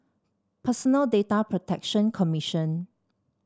Personal Data Protection Commission